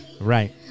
Right